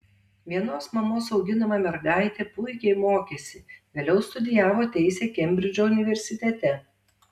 vienos mamos auginama mergaitė puikiai mokėsi vėliau studijavo teisę kembridžo universitete